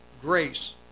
grace